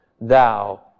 thou